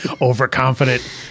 Overconfident